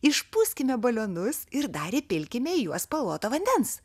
išpūskime balionus ir dar įpilkime į juos spalvoto vandens